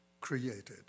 created